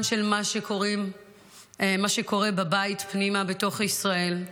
של מה שקורה בבית פנימה בתוך ישראל.